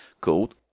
called